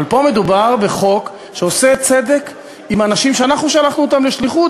אבל פה מדובר בחוק שעושה צדק עם אנשים שאנחנו שלחנו לשליחות